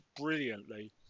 brilliantly